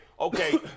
Okay